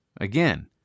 Again